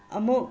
ꯑꯃꯨꯛ